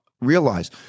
realize